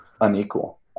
unequal